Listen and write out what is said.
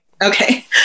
Okay